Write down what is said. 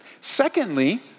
Secondly